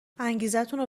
انگیزتونو